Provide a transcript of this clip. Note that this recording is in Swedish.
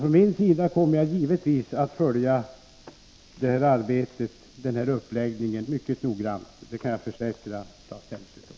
Från min sida kommer jag givetvis att följa uppläggningen av detta arbete mycket noggrant, det kan jag försäkra Claes Elmstedt.